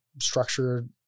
structured